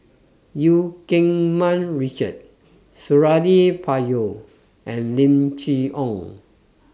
EU Keng Mun Richard Suradi Parjo and Lim Chee Onn